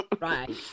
Right